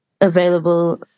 available